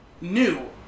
new